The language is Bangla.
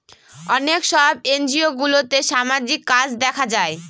অনেক সব এনজিওগুলোতে সামাজিক কাজ দেখা হয়